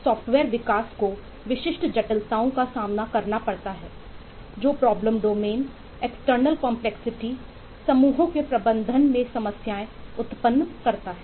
software समूहों के प्रबंधन में समस्याएँ उत्पन्न होती हैं